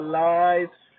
lives